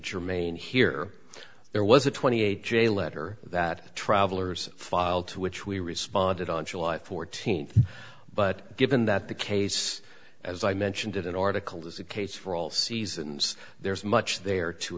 germane here there was a twenty eight j letter that travelers filed which we responded on july fourteenth but given that the case as i mentioned in an article is the case for all seasons there is much there to